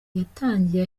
yatangiye